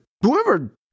whoever